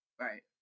Right